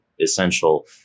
essential